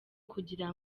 kugira